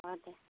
অঁ দে